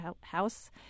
house